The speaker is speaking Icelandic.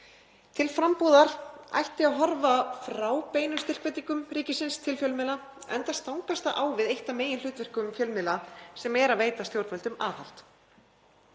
Til frambúðar ætti að hverfa frá beinum styrkveitingum ríkisins til fjölmiðla enda stangast það á við eitt af meginhlutverkum fjölmiðla sem er að veita stjórnvöldum aðhald.